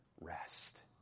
rest